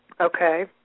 Okay